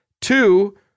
Two